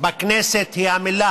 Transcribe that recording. בכנסת היא המילה